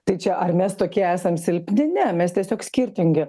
tai čia ar mes tokie esam silpni ne mes tiesiog skirtingi